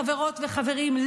חברות וחברים,